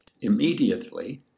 Immediately